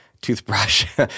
toothbrush